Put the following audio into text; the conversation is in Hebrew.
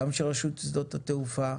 גם של רשות שדות התעופה,